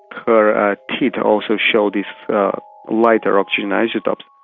her teeth also show these lighter oxygen isotopes.